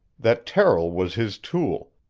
that terrill was his tool,